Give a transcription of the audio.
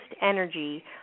energy